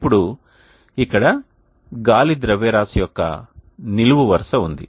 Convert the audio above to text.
ఇప్పుడు ఇక్కడ గాలి ద్రవ్యరాశి యొక్క నిలువు వరుస ఉంది